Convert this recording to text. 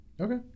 Okay